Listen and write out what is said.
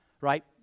right